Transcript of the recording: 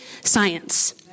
science